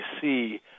see